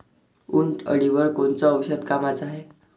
उंटअळीवर कोनचं औषध कामाचं हाये?